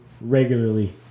regularly